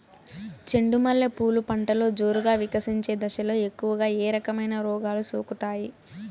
చెండు మల్లె పూలు పంటలో జోరుగా వికసించే దశలో ఎక్కువగా ఏ రకమైన రోగాలు సోకుతాయి?